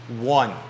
One